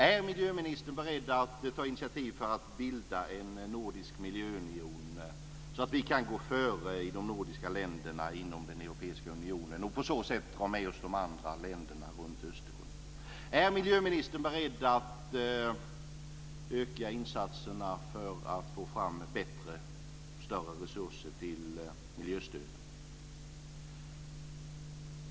Är miljöministern beredd att ta initiativ för att bilda en nordisk miljöunion, så att vi i de nordiska länderna kan gå före inom Europeiska unionen och på så sätt dra med oss de andra länderna runt Östersjön? Är miljöministern beredd att öka insatserna för att få fram bättre och större resurser till miljöstöd?